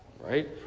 Right